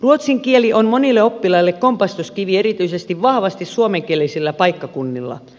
ruotsin kieli on monille oppilaille kompastuskivi erityisesti vahvasti suomenkielisillä paikkakunnilla